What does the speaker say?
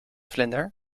vlinder